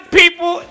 people